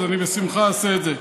אז אני בשמחה אעשה את זה.